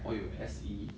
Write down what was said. oh 有 S_E